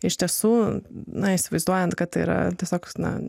iš tiesų na įsivaizduojant kad yra tiesiog na